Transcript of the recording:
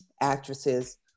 actresses